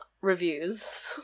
reviews